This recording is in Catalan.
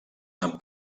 amb